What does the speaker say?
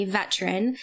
veteran